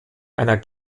einer